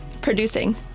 producing